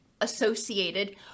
associated